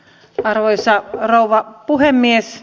arvoisa rouva puhemies